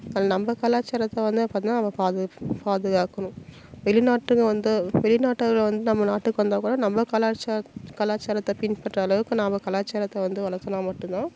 கல் நம்ம கலாச்சாரத்தை வந்து பார்த்திங்கனா நம்ம பாது பாதுகாக்கணும் வெளிநாட்டுங்க வந்து வெளிநாட்டவர்கள் வந்து நம்ம நாட்டுக்கு வந்தால் கூட நம்ம கலாச்சாரத் கலாச்சாரத்தை பின்பற்ற அளவுக்கு நாம கலாச்சாரத்தை வந்து வளர்த்தோம்னா மட்டுந்தான்